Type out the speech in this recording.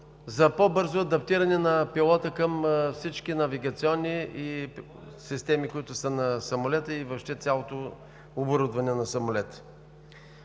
за по-бързо адаптиране на пилота към всички навигационни системи в самолета и въобще цялото оборудване на самолета.